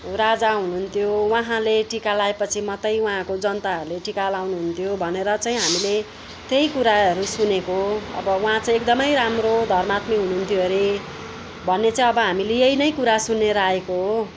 राजा हुनुहुन्थ्यो उहाँले टिका लाएपछि मात्रै उहाँको जनताहरूले चाहिँ टिका लगाउनुहुन्थ्यो भनेर चाहिँ हामीले त्यही कुराहरू सुनेको हो अब उहाँ चाहिँ एकदमै राम्रो धर्मात्मी हुनुहुन्थ्यो अरे भन्ने चाहिँ अब हामीले यही नै कुरा सुनेर आएको हो